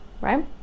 right